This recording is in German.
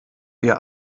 ihr